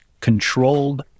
controlled